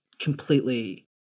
completely